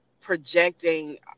projecting